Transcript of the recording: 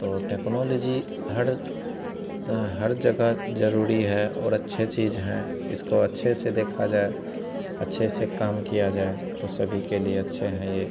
तो टेक्नोलोजी हर हर जगह ज़रूरी है और अच्छी चीज़ है इसको अच्छे से देखा जाए अच्छे से काम किया जाए तो सभी के लिए अच्छी है यह